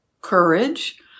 courage